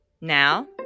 Now